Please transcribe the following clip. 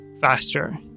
faster